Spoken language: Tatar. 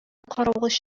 каравылчы